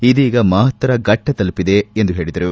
ಇದೀಗ ಮಹತ್ತರ ಫಟ್ಟ ತಲುಪಿದೆ ಎಂದು ಹೇಳಿದರು